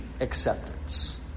acceptance